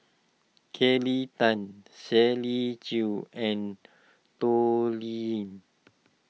Kelly Tang Shirley Chew and Toh Liying